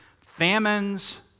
famines